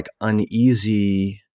uneasy